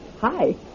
hi